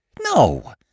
no